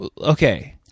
Okay